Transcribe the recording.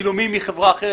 צילומים מחברה אחרת,